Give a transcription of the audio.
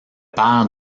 père